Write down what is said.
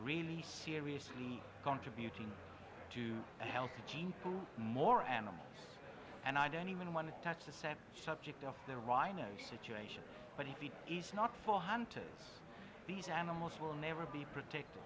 really seriously contributing to the health of gene pool more animals and i don't even want to touch the same subject of the rhino situation but if it is not for hunters these animals will never be protected